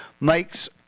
makes